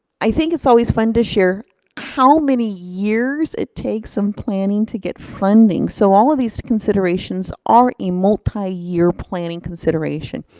i think it's always fun to share how many years it takes from and planning to get funding. so all of these considerations are a multi-year planning consideration.